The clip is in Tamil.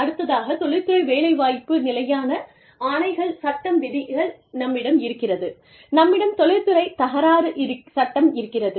அடுத்ததாக தொழில்துறை வேலைவாய்ப்பு நிலையான ஆணைகள் சட்டம் விதிகள் நம்மிடம் இருக்கிறது நம்மிடம் தொழில்துறை தகராறு சட்டம் இருக்கிறது